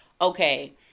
Okay